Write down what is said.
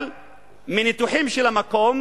אבל מניתוחים של המקום